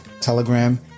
Telegram